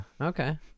okay